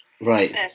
Right